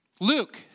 Luke